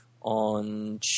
on